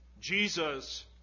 Jesus